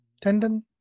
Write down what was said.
tendon